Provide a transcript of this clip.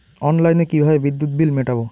অনলাইনে কিভাবে বিদ্যুৎ বিল মেটাবো?